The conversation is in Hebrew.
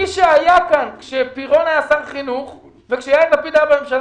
מי שהיה כאן כשפירון היה שר חינוך וכשיאיר לפיד היה בממשלה,